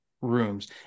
rooms